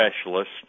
specialist